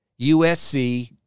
USC